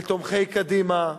לתומכי קדימה: